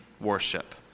worship